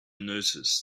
noticed